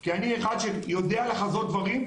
כי אני אחד שיודע לחזות דברים,